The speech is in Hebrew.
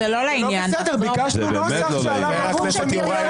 אנחנו מבקשים טקסט, בבקשה.